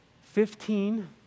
Fifteen